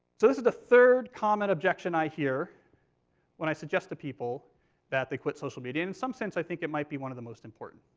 so this is the third comment objection i hear when i suggest to people that they quit social media in some sense, i think it might be one of the most important.